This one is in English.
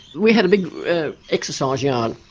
we had a big exercise yard